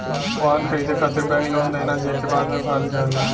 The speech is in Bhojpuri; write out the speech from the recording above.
वाहन खरीदे खातिर बैंक लोन देना जेके बाद में भरल जाला